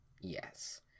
Yes